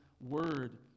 word